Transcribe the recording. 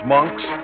Monks